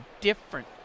different